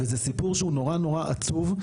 וזה סיפור שהוא נורא-נורא עצוב,